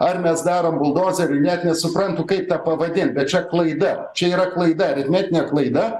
ar mes darom buldozeriu net nesuprantu kaip ta pavadint bet čia klaida čia yra klaida aritmetinė klaida